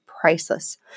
priceless